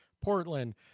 Portland